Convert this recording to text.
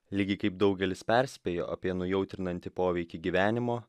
lygiai kaip daugelis perspėjo apie nujautrinantį poveikį gyvenimo